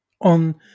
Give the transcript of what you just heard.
on